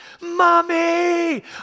mommy